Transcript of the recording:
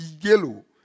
yellow